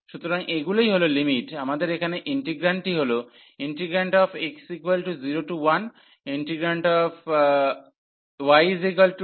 সুতরাং এগুলোই হল লিমিট আমাদের এখানে ইন্টিগ্রান্টটি হল x01yx2xxyxydydx